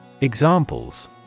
Examples